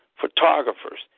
photographers